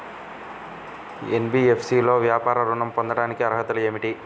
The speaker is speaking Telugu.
ఎన్.బీ.ఎఫ్.సి లో వ్యాపార ఋణం పొందటానికి అర్హతలు ఏమిటీ?